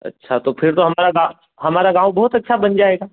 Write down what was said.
अच्छा तो फिर तो हमारा गाँव हमारा गाँव बहुत अच्छा बन जाएगा